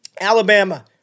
Alabama